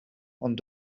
ond